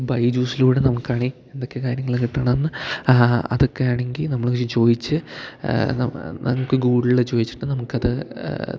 ബൈജൂസിലൂടെ നമുക്കാണെങ്കിൽ എന്തൊക്കെ കാര്യങ്ങൾ കിട്ടണമെന്ന് അതൊക്കെ ആണെങ്കിൽ നമ്മൾ ചെന്നു ചോദിച്ചു നമുക്ക് ഗൂഗിളിൽ ചോദിച്ചിട്ട് നമുക്ക് അത്